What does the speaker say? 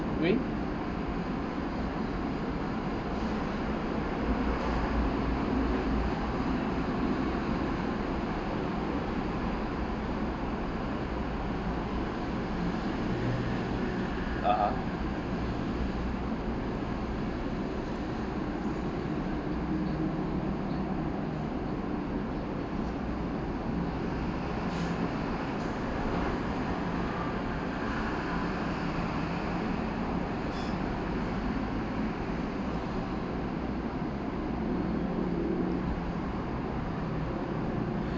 doing (uh huh)